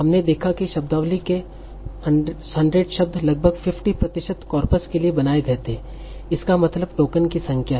हमने देखा कि शब्दावली के 100 शब्द लगभग 50 प्रतिशत कॉर्पस के लिए बनाए गए थे इसका मतलब टोकन की संख्या है